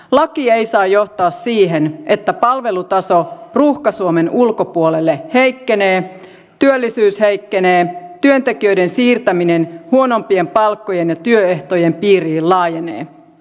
laki ei saa johtaa siihen että palvelutaso ruuhka suomen ulkopuolelle heikkenee työllisyys heikkenee työntekijöiden siirtäminen huonompien palkkojen ja työehtojen piiriin laajenee